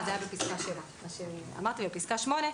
בפסקה (8),